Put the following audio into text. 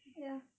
ya